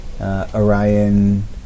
Orion